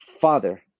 father